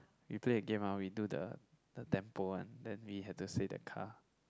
we play a game ah we do the the tempo one then we have to say the car